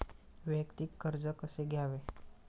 वैयक्तिक कर्ज कसे घ्यावे?